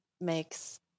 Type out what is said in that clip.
makes